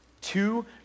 Two